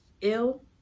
ill